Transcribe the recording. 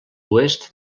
oest